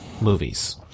movies